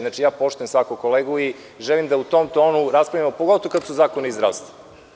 Znači, ja poštujem svakog kolegu i želim da u tom tonu raspravimo, pogotovo kad su zakoni iz zdravstva.